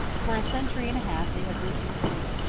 for a century and a half they have lived in peace,